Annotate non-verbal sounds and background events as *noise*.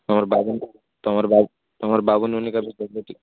ତୁମର ବାବୁ ତୁମର ବାବୁ ତୁମର ବାବୁ ନନି *unintelligible*